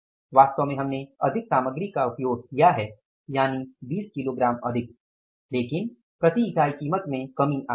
वास्तव में हमने अधिक सामग्री का उपयोग किया है यानि 20 किलोग्राम अधिक लेकिन प्रति इकाई कीमत में कमी आई है